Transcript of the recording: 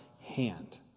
hand